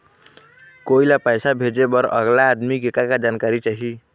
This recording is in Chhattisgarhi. कोई ला पैसा भेजे बर अगला आदमी के का का जानकारी चाही?